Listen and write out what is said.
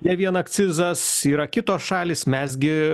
ne vien akcizas yra kitos šalys mes gi